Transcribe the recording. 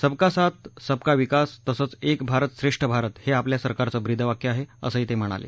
सबका साथ सबका विकास तसंच एक भारत श्रेष्ठ भारत हे आपल्या सरकारचं ब्रीदवाक्य आहे असंही ते म्हणाले